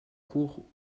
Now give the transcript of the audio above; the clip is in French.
cours